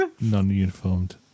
non-uniformed